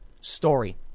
story